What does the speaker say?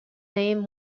name